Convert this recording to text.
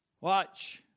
Watch